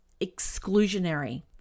exclusionary